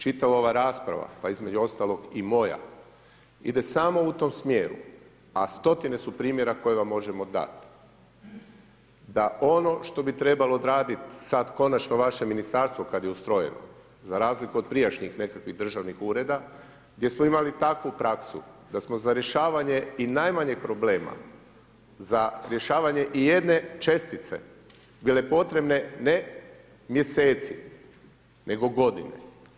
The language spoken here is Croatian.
Čitava ova rasprava pa između ostalog i moja, ide samo u tom smjeru, a stotine su primjera koje vam možemo dati, da ono što bi trebalo odraditi sada konačno vaše ministarstvo kada je ustrojeno za razliku od prijašnjih nekakvih državnih ureda gdje smo imali takvu praksu da smo za rješavanje i najmanje problema, za rješavanje ijedne čestice bile potrebne ne mjeseci nego godine.